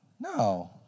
No